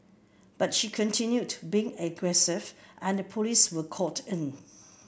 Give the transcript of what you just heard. but she continued being aggressive and the police were called in